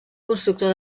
constructor